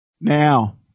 now